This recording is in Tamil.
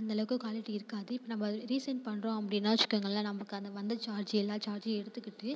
அந்தளவுக்கு குவாலிட்டி இருக்காது இப்போ நம்ம அதை ரீசென்ட் பண்ணுறோம் அப்படின்னா வெச்சுக்கங்களே நமக்கு அந்த வந்த சார்ஜு எல்லா சார்ஜ்ஜையும் எடுத்துக்கிட்டு